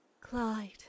Clyde